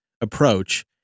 approach